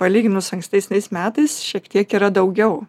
palyginus su ankstesniais metais šiek tiek yra daugiau